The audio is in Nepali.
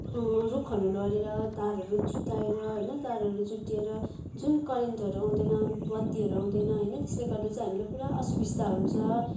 रुखहरू लडेर तारहरू चुँडाएर होइन तारहरू चुँडिएर जुन करेन्टहरू आउँदैन बत्तीहरू आउँदैन होइन त्यसले गर्दा हामीलाई पुरा असुविस्ता हुन्छ